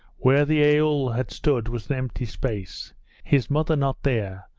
where the aoul had stood was an empty space his mother not there,